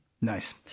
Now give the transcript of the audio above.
Nice